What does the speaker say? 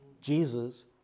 Jesus